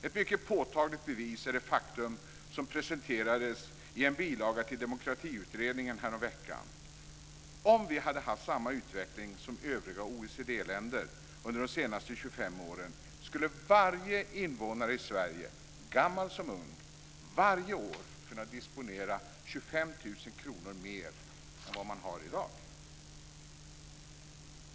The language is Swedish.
Ett mycket påtagligt bevis är det faktum som presenterades i en bilaga till Demokratiutredningen häromveckan. Om vi hade haft samma utveckling som övriga OECD-länder under de senaste 25 åren skulle varje invånare i Sverige, gammal som ung, varje år kunna disponera 50 000 kr mer än vad man har i dag.